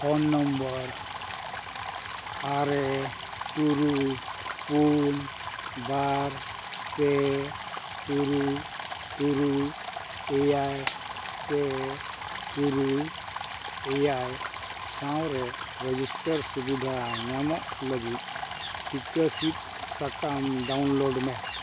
phone number ᱟᱨᱮ ᱛᱩᱨᱩᱭ ᱯᱩᱱ ᱵᱟᱨ ᱯᱮ ᱛᱩᱨᱩᱭ ᱛᱩᱨᱩᱭ ᱮᱭᱟᱭ ᱯᱮ ᱛᱩᱨᱩᱭ ᱮᱭᱟᱭ ᱥᱟᱶᱨᱮ ᱨᱮᱡᱤᱥᱴᱟᱨ ᱥᱩᱵᱤᱫᱷᱟ ᱧᱟᱢᱚᱜ ᱞᱟᱹᱜᱤᱫ ᱴᱤᱠᱟᱹ ᱥᱤᱫᱽ ᱥᱟᱠᱟᱢ ᱰᱟᱣᱩᱱᱞᱳᱰ ᱢᱮ